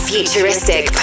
Futuristic